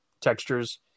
textures